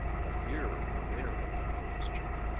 but here the mare had done the mischief.